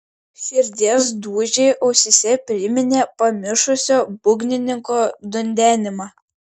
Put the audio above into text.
širdies dūžiai ausyse priminė pamišusio būgnininko dundenimą